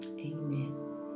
amen